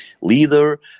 leader